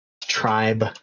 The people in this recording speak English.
Tribe